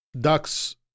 ducks